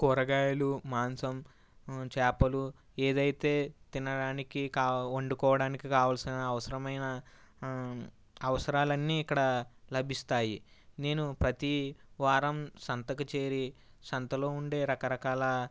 కూరగాయలు మాంసం చేపలు ఏదైతే తినడానికి వండుకోవడానికి కావలసిన అవసరమైన అవసరాలు అన్నీ ఇక్కడ లభిస్తాయి నేను ప్రతి వారం సంతకు చేరి సంతలో ఉండే రకరకాల